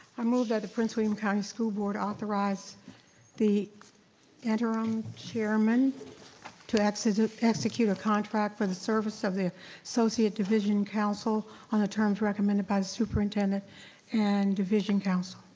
i move that the prince william county school board authorize the interim chairman to execute ah execute a contract for the service of the associate division council on the terms recommended by the superintendent and division council.